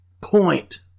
point